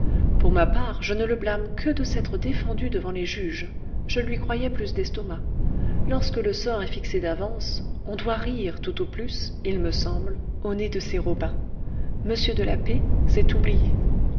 pour ma part je ne le blâme que de s'être défendu devant les juges je lui croyais plus d'estomac lorsque le sort est fixé d'avance on doit rire tout au plus il me semble au nez de ces robins m de la p s'est oublié